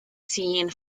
scene